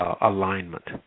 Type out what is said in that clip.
alignment